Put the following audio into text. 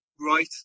right